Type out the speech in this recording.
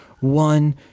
One